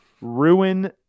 Ruin